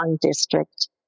district